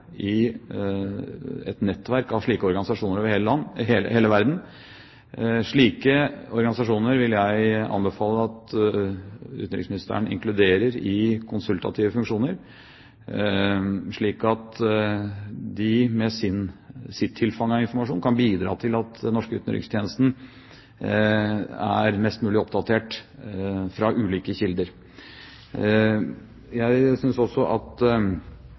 i et nettverk av slike organisasjoner over hele verden. Slike organisasjoner vil jeg anbefale at utenriksministeren inkluderer i konsultative funksjoner, slik at de med sitt tilfang av informasjon kan bidra til at den norske utenrikstjenesten er mest mulig oppdatert fra ulike kilder. Jeg synes også at